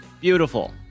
Beautiful